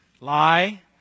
Lie